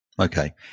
Okay